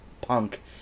punk